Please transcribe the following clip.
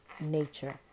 nature